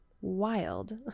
wild